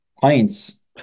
pints